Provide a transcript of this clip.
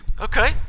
okay